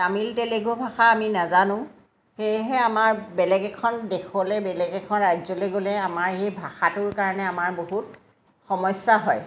তামিল তেলেগু ভাষা আমি নাজানো সেয়েহে আমাৰ বেলেগ এখন দেশলৈ বেলেগ এখন ৰাজ্যলৈ গ'লে আমাৰ সেই ভাষাটোৰ কাৰণে আমাৰ বহুত সমস্যা হয়